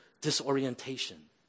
disorientation